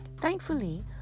Thankfully